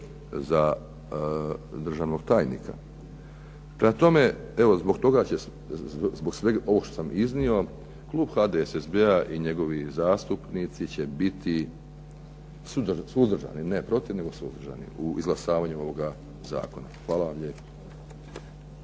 za državnog tajnika. Prema tome, evo zbog sveg ovog što sam iznio klub HDSSB-a i njegovi zastupnici će biti suzdržani, ne protiv nego suzdržani u izglasavanju ovoga zakona. Hvala vam lijepo.